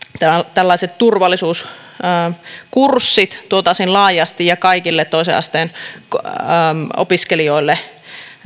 tällaiset turvallisuuskurssit laajasti ja kaikille toisen asteen opiskelijoille